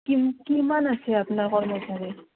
কি কিমান আছে আপোনাৰ কৰ্মচাৰী